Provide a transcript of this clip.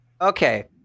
Okay